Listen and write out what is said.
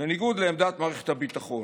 בניגוד לעמדת מערכת הביטחון,